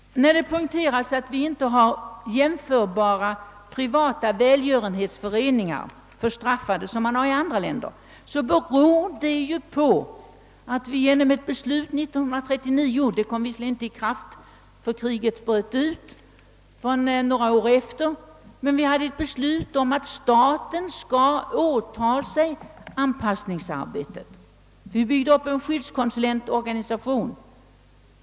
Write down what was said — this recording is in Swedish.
Det poängteras att vi i Sverige inte har privata välgörenhetsföreningar för straffade jämförbara med dem som finns i andra länder. Detta beror på ett beslut från 1939. Ett beslut som inte trädde i kraft förrän några år senare på grund av krigsutbrottet, men enligt vilket staten skulle åta sig återanpass ningsarbetet. Vi byggde upp en skyddskonsulentorganisation.